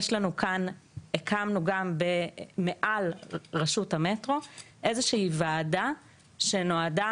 הקמנו גם מעל רשות המטרו איזה שהיא ועדה שנועדה